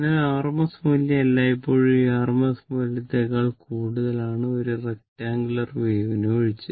അതിനാൽ RMS മൂല്യം എല്ലായ്പ്പോഴും ഈ RMS മൂല്യത്തേക്കാൾ കൂടുതലാണ് ഒരു റെക്ടങ്കുലർ വേവിനു ഒഴിച്ച്